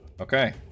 okay